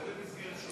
זה במסגרת,